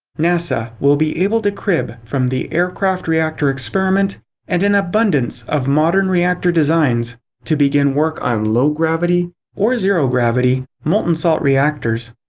nasa will be able to crib from the aircraft reactor experiment and an abundance of modern reactor designs to begin work on low gravity or zero gravity molten salt reactors.